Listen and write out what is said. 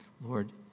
Lord